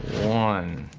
one,